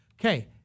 Okay